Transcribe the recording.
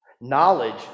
knowledge